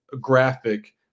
graphic